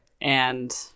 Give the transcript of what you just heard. and-